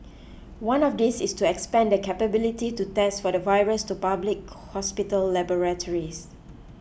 one of these is to expand the capability to test for the virus to public hospital laboratories